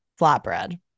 flatbread